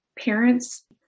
parents